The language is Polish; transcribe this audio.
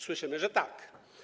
Słyszymy, że tak.